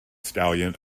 stallion